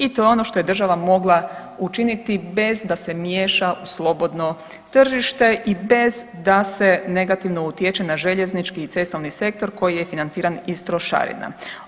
I to je ono što je država mogla učiniti bez da se miješa u slobodno tržište i bez da se negativno utječe na željeznički i cestovni sektor koji je financiran iz trošarina.